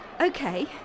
Okay